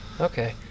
Okay